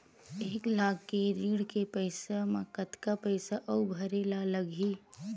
एक लाख के ऋण के पईसा म कतका पईसा आऊ भरे ला लगही?